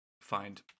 find